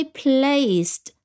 placed